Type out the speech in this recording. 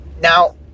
Now